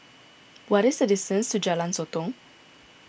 what is the distance to Jalan Sotong